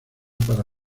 para